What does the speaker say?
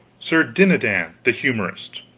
sir dinadan the humorist